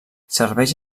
serveix